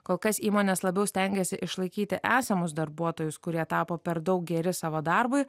kol kas įmonės labiau stengiasi išlaikyti esamus darbuotojus kurie tapo per daug geri savo darbui